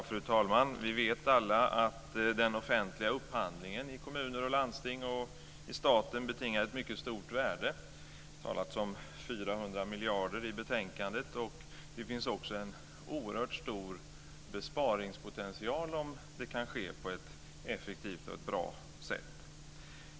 Fru talman! Vi vet alla att den offentliga upphandlingen i kommuner och landsting och i staten betingar ett mycket stort värde. Det har talats om 400 miljarder kronor i betänkandet. Det finns också en oerhört stor besparingspotential om den kan ske på ett effektivt och bra sätt.